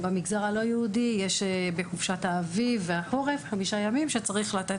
במגזר הלא יהודי יש בחופשת האביב והחורף 5 ימים שצריך לתת